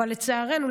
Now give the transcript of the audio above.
אבל לצערנו,